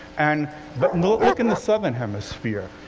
and but and look look in the southern hemisphere.